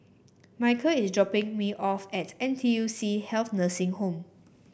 Micheal is dropping me off at N T U C Health Nursing Home